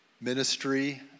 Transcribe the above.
ministry